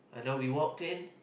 I know we walk in